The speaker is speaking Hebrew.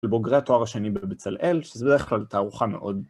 לבוגרי התואר השני בבצלאל, שזה בדרך כלל תערוכה מאוד.